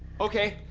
okay